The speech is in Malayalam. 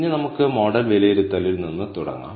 ഇനി നമുക്ക് മോഡൽ വിലയിരുത്തലിൽ നിന്ന് തുടങ്ങാം